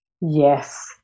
Yes